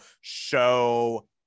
show